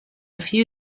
few